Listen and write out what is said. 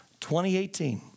2018